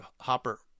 hopper